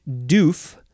doof